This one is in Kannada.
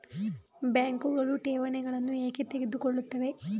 ಬ್ಯಾಂಕುಗಳು ಠೇವಣಿಗಳನ್ನು ಏಕೆ ತೆಗೆದುಕೊಳ್ಳುತ್ತವೆ?